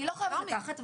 אני לא חייבת לקחת,